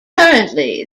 currently